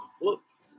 books